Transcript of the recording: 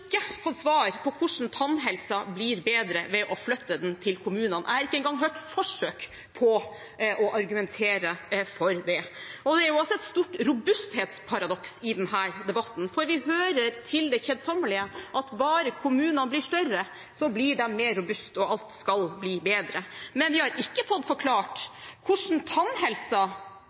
fått svar på hvordan tannhelsen blir bedre ved å flytte den til kommunene. Jeg har ikke engang hørt forsøk på å argumentere for det. Det er også et stort robusthetsparadoks i denne debatten, for vi hører til det kjedsommelige at bare kommunene blir større, blir de mer robuste, og alt skal bli bedre. Men vi har ikke fått